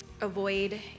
avoid